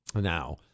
Now